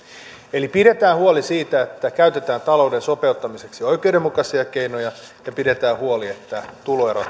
eli pidetään huoli siitä että käytetään talouden sopeuttamiseksi oikeudenmukaisia keinoja ja pidetään huoli että tuloerot eivät pääse kasvamaan